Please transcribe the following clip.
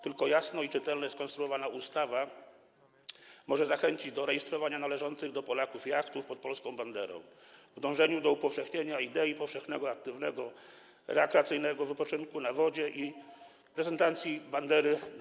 Tylko jasno i czytelnie skonstruowana ustawa może zachęcić do rejestrowania należących do Polaków jachtów pod polską banderą, gdy dąży się do upowszechniania idei powszechnego, aktywnego, rekreacyjnego wypoczynku na wodzie i prezentacji bandery na morzach świata.